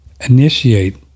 Initiate